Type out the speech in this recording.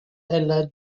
علت